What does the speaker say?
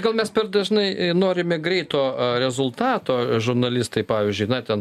gal mes per dažnai norime greito rezultato žurnalistai pavyzdžiui na ten